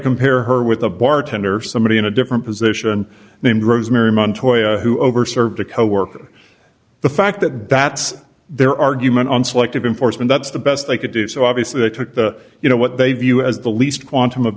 compare her with a bartender somebody in a different position named rosemary montoya who over served a coworker the fact that that's their argument on selective enforcement that's the best they could do so obviously they took the you know what they view as the least quantum of